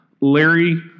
Larry